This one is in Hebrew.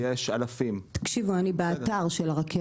אני רוצה, בבקשה, להשיב לטענה העקרונית.